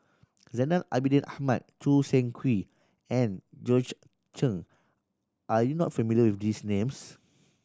Zainal Abidin Ahmad Choo Seng Quee and Georgette Chen are you not familiar with these names